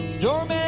Doorman